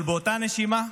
אבל באותה נשימה,